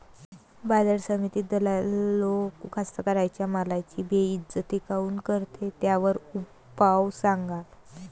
बाजार समितीत दलाल लोक कास्ताकाराच्या मालाची बेइज्जती काऊन करते? त्याच्यावर उपाव सांगा